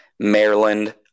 Maryland